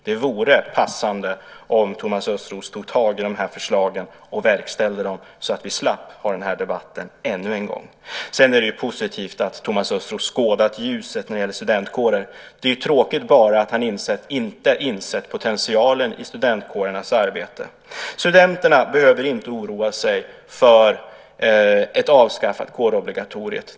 Det vore passande om Thomas Östros tog tag i de här förslagen och verkställde dem så att vi slapp ha den här debatten ännu en gång. Sedan är det positivt att Thomas Östros skådat ljuset när det gäller studentkårerna. Det är tråkigt bara att han inte insett potentialen i studentkårernas arbete. Studenterna behöver inte oroa sig för ett avskaffat kårobligatorium.